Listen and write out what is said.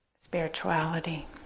spirituality